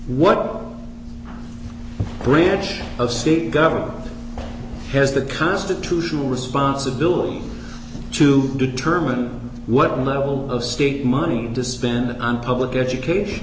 what branch of state government has the constitutional responsibility to determine what level of state money to spend on public education